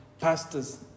Pastors